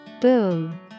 Boom